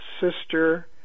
sister